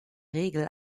regel